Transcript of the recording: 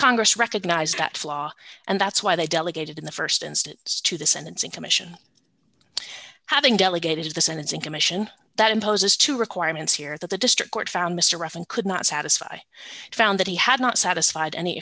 congress recognized that flaw and that's why they delegated in the st instance to the sentencing commission having delegated to the sentencing commission that imposes two requirements here that the district court found mr rough and could not satisfy found that he had not satisfied any